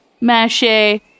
mache